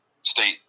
state